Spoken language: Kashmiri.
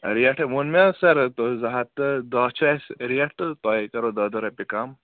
ریٹ ہَے ووٚن مےٚ حظ سَر تُہۍ زٕ ہَتھ تہٕ دٔہ چھِ اَسہِ ریٹ تہٕ تۄہہِ کَرہو دٔہ دٔہ رۄپیہِ کَم